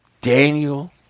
Daniel